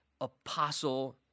apostle